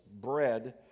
bread